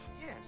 Yes